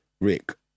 Rick